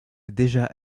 étaient